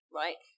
right